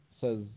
says